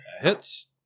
Hits